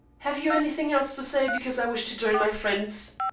have you anything else to say, because i wish to join my friends?